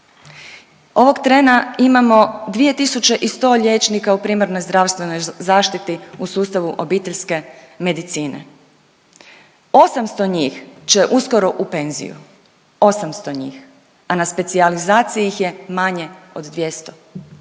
dvije tisuće i 100 liječnika u primarnoj zdravstvenoj zaštiti u sustavu obiteljske medicine. 800 njih će uskoro u penziju, 800 njih, a na specijalizaciji ih je manje od 200,